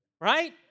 right